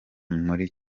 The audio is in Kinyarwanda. muri